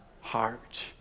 heart